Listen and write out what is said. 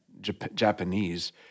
Japanese